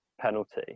penalty